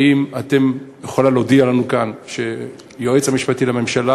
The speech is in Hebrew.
האם את יכולה להודיע לנו כאן שהיועץ המשפטי לממשלה,